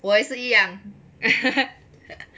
我也是一样